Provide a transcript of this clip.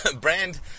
brand